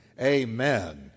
Amen